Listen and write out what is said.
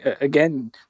Again